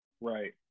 right